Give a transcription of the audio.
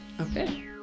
Okay